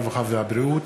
הרווחה והבריאות.